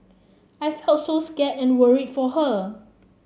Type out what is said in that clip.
I felt so scared and worried for her